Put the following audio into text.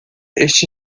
este